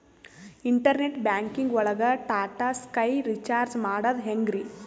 Internet banking ಒಳಗ್ Tata sky recharge ಮಾಡದ್ ಹೆಂಗ್ರೀ?